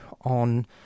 on